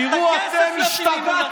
תראו, אתם השתגעתם.